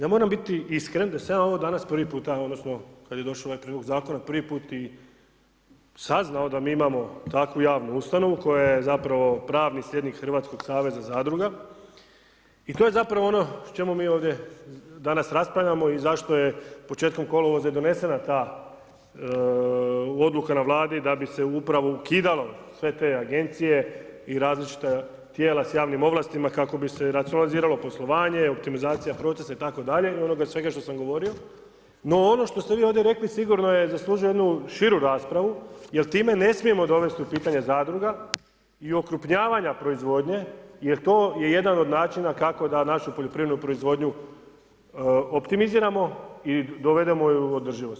Ja mora biti iskren da sam ja ovo danas prvi puta odnosno kad je došo ovaj prijedlog zakona prvi put i saznao da mi imamo takvu javnu ustanovu koja je zapravo pravni slijednik Hrvatskog saveza zadruga, i to je zapravo ono o čemu mi ovdje danas raspravljamo i zašto je početkom kolovoza i donesena ta odluka na Vladi da bi se upravo ukidale sve te agencije i različita tijela s javnim ovlastima kako bi se racionalizirano poslovanje, optimizacija procesa itd., i onoga svega što sam govorio, no ono što ste vi ovdje rekli sigurno zaslužuje jednu širu raspravu jer time ne smijemo dovesti u pitanje zadruga i okrupnjavanja proizvodnje, jer to je jedan od načina kako da našu poljoprivrednu proizvodnju optimiziramo i dovedemo ju do održivosti.